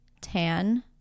tan